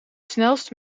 snelste